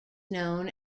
known